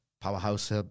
Powerhouse